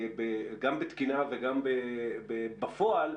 גם בתקינה וגם בפועל,